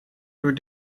door